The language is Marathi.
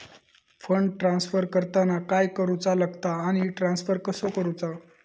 फंड ट्रान्स्फर करताना काय करुचा लगता आनी ट्रान्स्फर कसो करूचो?